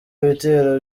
ibitero